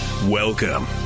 Welcome